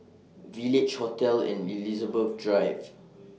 Village Hotel and Elizabeth Drive